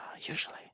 usually